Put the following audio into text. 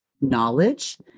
knowledge